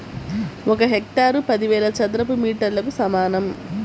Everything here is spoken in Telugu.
ఒక హెక్టారు పదివేల చదరపు మీటర్లకు సమానం